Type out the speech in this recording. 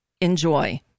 enjoy